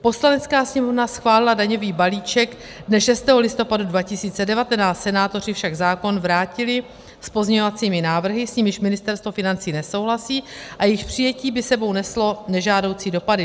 Poslanecká sněmovna schválila daňový balíček dne 6. listopadu 2019, senátoři však zákon vrátili s pozměňovacími návrhy, s nimiž Ministerstvo financí nesouhlasí a jejichž přijetí by s sebou neslo nežádoucí dopady.